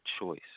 choice